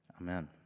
Amen